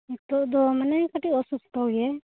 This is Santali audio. ᱱᱤᱛᱚᱜ ᱫᱚ ᱢᱟᱱᱮ ᱠᱟᱹᱴᱤᱡ ᱚᱥᱩᱥᱛᱷᱚ ᱜᱮ